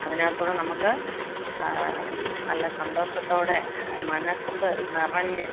അതിനകത്തുകൂടെ നമുക്ക് നല്ല സന്തോഷത്തോടെ മനസ്സ് നിറഞ്ഞ്